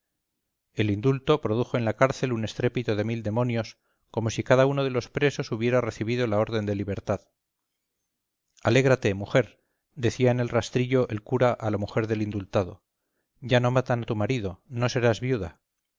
el indulto produjo en la cárcel un estrépito de mil demonios como si cada uno de los presos hubiera recibido la orden de libertad alégrate mujer decía en el rastrillo el cura a la mujer del indultado ya no matan a tu marido no serás viuda